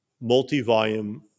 multi-volume